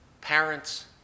parents